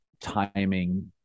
timing